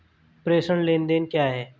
प्रेषण लेनदेन क्या है?